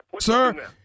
Sir